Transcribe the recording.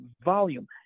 volume